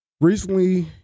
recently